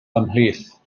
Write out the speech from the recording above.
ymhlith